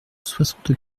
soixante